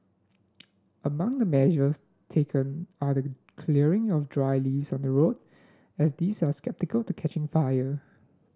among the measures taken are the clearing of dry leaves on the road as these are susceptible to catching fire